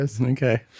Okay